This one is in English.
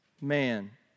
man